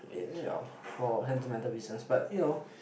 for sentimental business but you know